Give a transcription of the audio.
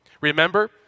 Remember